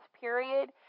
period